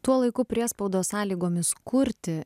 tuo laiku priespaudos sąlygomis kurti